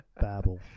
babble